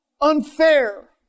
unfair